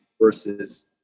versus